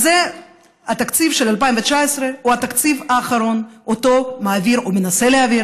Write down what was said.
אז התקציב של 2019 הוא התקציב האחרון שמעביר או מנסה להעביר